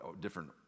different